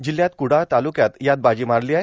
जिल्हयात कुडाळ तालुक्यानं यात बाजी मारलीय